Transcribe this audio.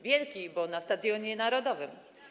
Wielki, bo na Stadionie Narodowym.